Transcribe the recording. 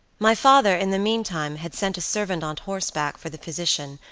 my father in the meantime had sent a servant on horseback for the physician,